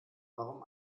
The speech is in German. warum